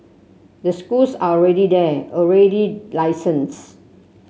the schools are already there already licenses